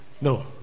No